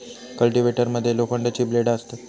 cultivator मध्ये लोखंडाची ब्लेडा असतत